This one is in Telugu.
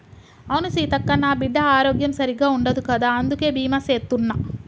అవును సీతక్క, నా బిడ్డ ఆరోగ్యం సరిగ్గా ఉండదు కదా అందుకే బీమా సేత్తున్న